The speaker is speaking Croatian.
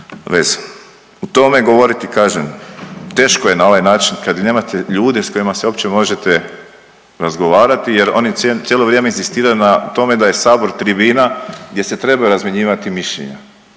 O tome govoriti kažem teško je na ovaj način kad nemate ljude s kojima se uopće možete razgovarati jer oni cijelo vrijeme inzistiraju na tome da je sabor tribina gdje se trebaju razmjenjivati mišljenja.